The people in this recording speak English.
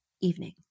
evening